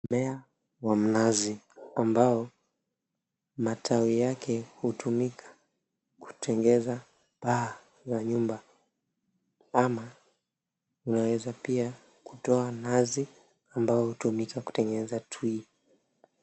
Mmea wa mnazi, ambao matawi yake hutumika kutengeneza paa za nyumba. Ama unaweza pia kutoa nazi ambao hutumika kutengeneza tui.